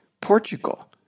Portugal